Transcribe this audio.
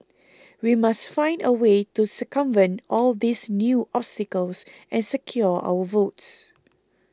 we must find a way to circumvent all these new obstacles and secure our votes